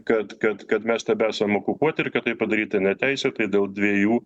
kad kad kad mes tebesam okupuoti ir kad tai padaryta neteisėtai dėl dviejų